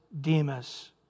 Demas